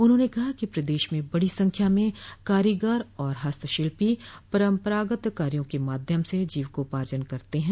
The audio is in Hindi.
उन्होंने कहा कि प्रदेश में बड़ी संख्या में कारीगर और हस्तशिल्पी परम्परागत कार्यो के माध्यम से जीविकोपार्जन करते हैं